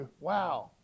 wow